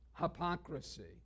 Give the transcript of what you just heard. hypocrisy